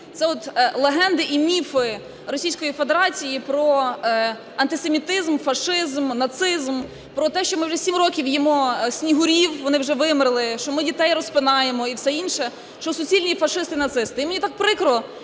Федерації про антисемітизм, фашизм, нацизм, про те, що ми вже 7 років їмо снігурів, вони вже вимерли, що ми дітей розпинаємо і все інше, що суцільні фашисти і нацисти. Мені так прикро,